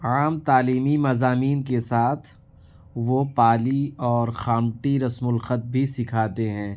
عام تعلیمی مضامین کے ساتھ وہ پالی اور خامٹی رسم الخط بھی سکھاتے ہیں